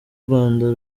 rwanda